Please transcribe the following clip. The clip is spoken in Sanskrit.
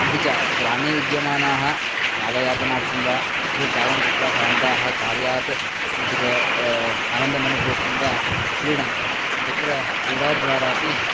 अपि च ग्रामे विद्यमानाः कालयापनार्थं वा बहु कार्यं कृत्वा श्रान्ताः कार्यात् किञ्चित् आनन्दमनुभवितुं वा क्रीडन्ति तत्र क्रीडा द्वारापि